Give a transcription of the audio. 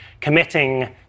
committing